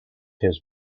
his